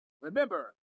Remember